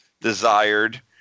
desired